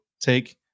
take